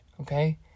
okay